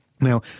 now